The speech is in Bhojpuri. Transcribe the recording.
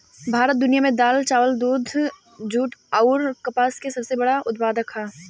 भारत दुनिया में दाल चावल दूध जूट आउर कपास के सबसे बड़ उत्पादक ह